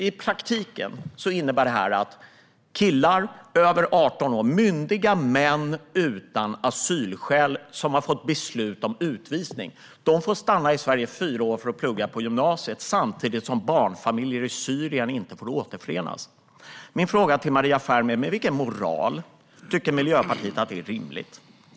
I praktiken innebär det här att killar över 18 år, myndiga män utan asylskäl som har fått beslut om utvisning, får stanna i Sverige i fyra år för att plugga på gymnasiet, samtidigt som barnfamiljer i Syrien inte får återförenas. Med vilken moral tycker Miljöpartiet att detta är rimligt?